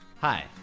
Hi